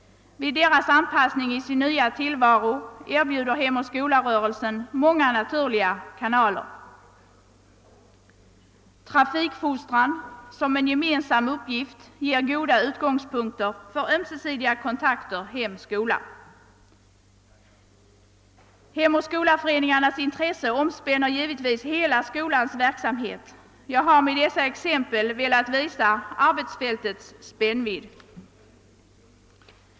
Vid deras anpassning i sin nya tillvaro erbjuder Hemoch Skolarörelsen många naturliga kanaler. Trafikfostran som en gemensam uppgift ger goda utgångspunkter för ömsesidiga kontakter hem-skola. Hemoch Skola-föreningarnas intresse omspänner givetvis hela skolans verksamhet. Jag har med dessa exempel velat visa arbetsfältets spännvidd.